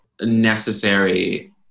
necessary